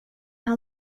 han